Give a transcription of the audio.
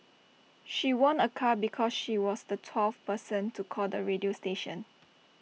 she won A car because she was the twelfth person to call the radio station